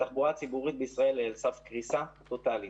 התחבורה הציבורית בישראל היא על סף קריסה טוטלית.